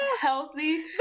healthy